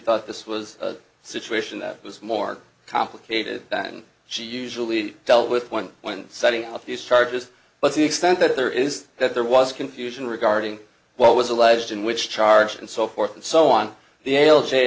thought this was a situation that was more complicated than she usually dealt with one when setting up these charges but the extent that there is that there was confusion regarding what was alleged in which charge and so forth and so on the ale j